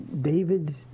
David